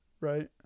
right